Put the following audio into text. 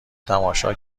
تماشا